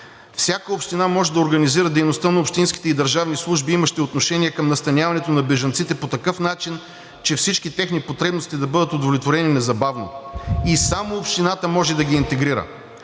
Всяка община може да организира дейността на общинските и държавните служби, имащи отношение към настаняването на бежанците, по такъв начин, че всички техни потребности да бъдат удовлетворени незабавно. И само общината може да ги интегрира.